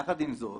יחד עם זאת,